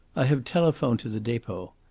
i have telephoned to the depot.